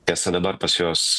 tiesa dabar pas juos